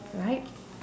right